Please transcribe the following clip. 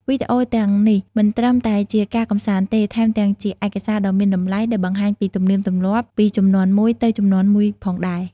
វីដេអូទាំងនេះមិនត្រឹមតែជាការកម្សាន្តទេ ថែមទាំងជាឯកសារដ៏មានតម្លៃដែលបង្ហាញពីទំនៀមទម្លាប់ពីជំនាន់មួយទៅជំនាន់មួយផងដែរ។